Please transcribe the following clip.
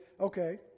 okay